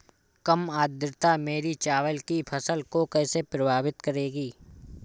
कम आर्द्रता मेरी चावल की फसल को कैसे प्रभावित करेगी?